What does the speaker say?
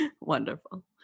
Wonderful